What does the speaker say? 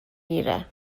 گیره